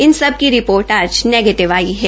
इन सब की रिपोर्ट आज नेगीटिव आई है